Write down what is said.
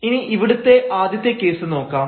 ഇനി ഇവിടുത്തെ ആദ്യത്തെ കേസ് നോക്കാം